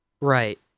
right